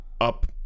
up